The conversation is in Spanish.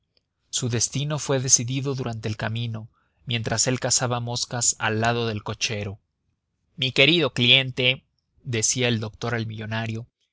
su destino fue decidido durante el camino mientras él cazaba moscas al lado del cochero mi querido cliente decía el doctor al millonario